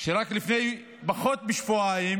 שרק לפני פחות משבועיים